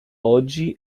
oggi